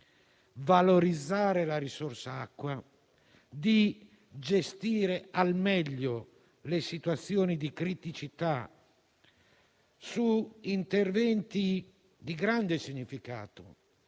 valorizzare la risorsa acqua e di gestire al meglio le situazioni di criticità su interventi di grande significato